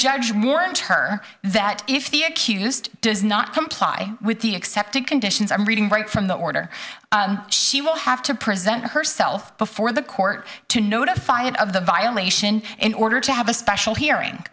judge more in turn that if the accused does not comply with the accepted conditions i'm reading right from the order she will have to present herself before the court to notify it of the violation in order to have a special hearing